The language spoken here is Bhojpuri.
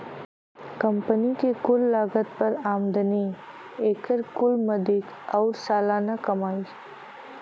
कंपनी के कुल लागत पर आमदनी, एकर कुल मदिक आउर सालाना कमाई